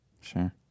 Sure